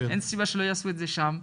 אין סיבה שלא יעשו את זה שם.